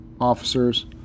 officers